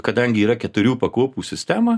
kadangi yra keturių pakopų sistemą